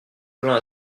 plaint